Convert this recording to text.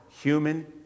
human